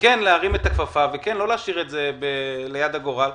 ולהרים את הכפפה ולא להשאיר את זה ליד הגורל,